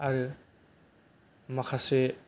आरो माखासे